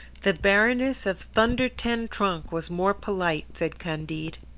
the baroness of thunder-ten-tronckh was more polite, said candide.